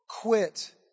quit